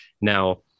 Now